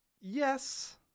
yes